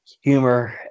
humor